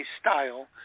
style